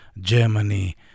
Germany